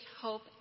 hope